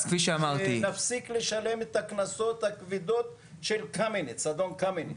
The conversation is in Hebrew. כאשר נפסיק לשלם את הקנסות הכבדים של אדון קמיניץ?